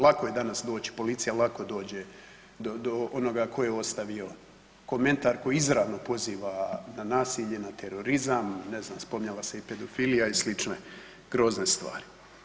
Lako je danas doći policija lako dođe do onoga tko je ostavio komentar koji izravno poziva na nasilje, na terorizam, ne znam spominjala se i pedofilija i slične grozne stvari.